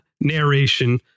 narration